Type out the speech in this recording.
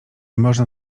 można